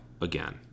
again